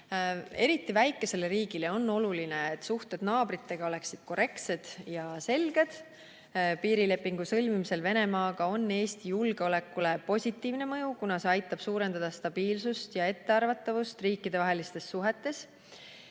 Eriti väikesele riigile on oluline, et suhted naabritega oleksid korrektsed ja selged. Piirilepingu sõlmimisel Venemaaga on Eesti julgeolekule positiivne mõju, kuna see aitab suurendada stabiilsust ja ettearvatavust riikidevahelistes suhetes